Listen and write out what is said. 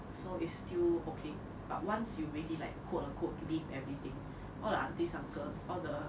so is still okay but once you really like quote unquote leave everything all the aunties uncles or the